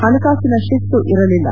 ಹಣಕಾಸಿನ ಶಿಸ್ತು ಇರಲಿಲ್ಲ